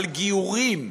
על גיורים,